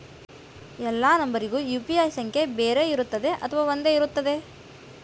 ಎಲ್ಲಾ ನಂಬರಿಗೂ ಯು.ಪಿ.ಐ ಸಂಖ್ಯೆ ಬೇರೆ ಇರುತ್ತದೆ ಅಥವಾ ಒಂದೇ ಇರುತ್ತದೆ?